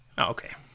okay